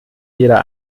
jeder